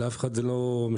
לאף אחד זה לא משנה.